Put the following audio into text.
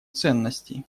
ценностей